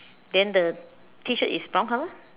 then the T shirt is brown color